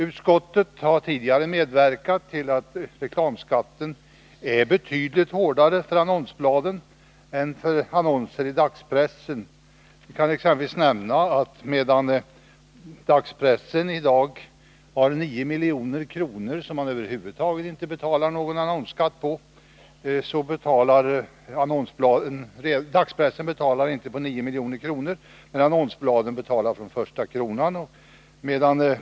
Utskottet har tidigare medverkat till att reklamskatten har blivit betydligt högre för annonsbladen än för annonser i dagspressen. Jag kan exempelvis nämna att dagspressen betalar annonsskatt endast på intäkter över 9 milj.kr., medan annonsbladen betalar skatt från den första kronan.